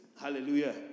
Hallelujah